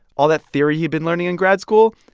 all that theory he'd been learning in grad school,